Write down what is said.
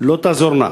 לא תעזורנה.